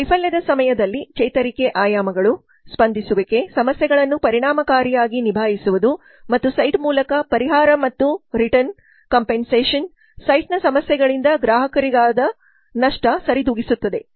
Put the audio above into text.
ವೈಫಲ್ಯದ ಸಮಯದಲ್ಲಿ ಚೇತರಿಕೆ ಆಯಾಮಗಳು ಸ್ಪಂದಿಸುವಿಕೆ ಸಮಸ್ಯೆಗಳನ್ನು ಪರಿಣಾಮಕಾರಿಯಾಗಿ ನಿಭಾಯಿಸುವುದು ಮತ್ತು ಸೈಟ್ ಮೂಲಕ ಪರಿಹಾರ ಮತ್ತು ರಿಟರ್ನ್ ಕಂಪೆನ್ಸಷನ್ ಸೈಟ್ ಸಮಸ್ಯೆಗಳಿಂದ ಗ್ರಾಹಕರಿಗದ ನಷ್ಟ ಸರಿದೂಗಿಸುತ್ತದೆ